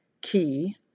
key